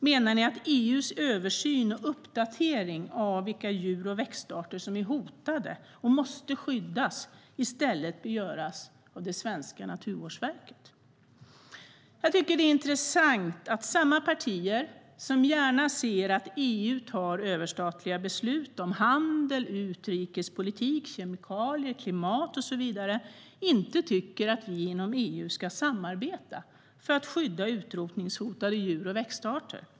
Menar ni att EU:s översyn och uppdatering av vilka djur och växtarter som är hotade och måste skyddas i stället bör göras av det svenska naturvårdsverket? Det är intressant att samma partier som gärna ser att EU tar överstatliga beslut om handel, utrikespolitik, kemikalier, klimat och så vidare inte tycker att vi inom EU ska samarbeta för att skydda utrotningshotade djur och växtarter.